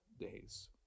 days